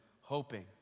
hoping